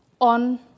on